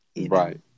Right